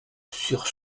sur